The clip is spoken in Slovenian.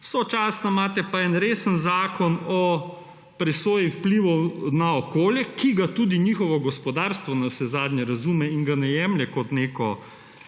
sočasno imate pa en resen zakon o resorjih vplivov na okolje, ki ga tudi njihovo gospodarstvo navsezadnje razume in ga ne jemlje kot neko